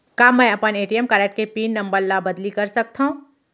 का मैं अपन ए.टी.एम कारड के पिन नम्बर ल बदली कर सकथव?